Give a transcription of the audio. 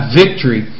victory